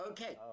Okay